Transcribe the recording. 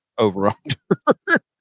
over-under